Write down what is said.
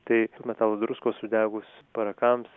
tai metalų druskos sudegus parakams